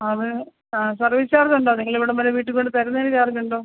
അത് ആ സർവീസ് ചാർജുണ്ടോ നിങ്ങൾ ഇവിടം വരെ വീട്ടിൽ കൊണ്ട് തരുന്നതിന് ചാർജുണ്ടോ